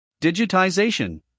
digitization